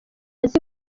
azi